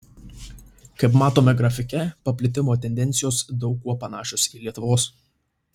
kaip matome grafike paplitimo tendencijos daug kuo panašios į lietuvos